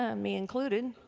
ah me included,